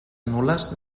nul·les